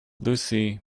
lucy